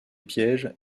pièges